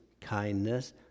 kindness